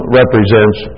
represents